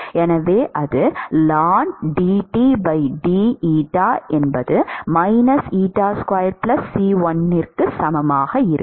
எனவே அது க்கு சமமாக இருக்கும்